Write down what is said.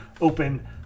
open